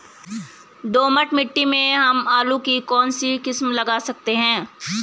दोमट मिट्टी में हम आलू की कौन सी किस्म लगा सकते हैं?